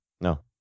No